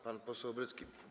Pan poseł Obrycki.